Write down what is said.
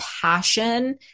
passion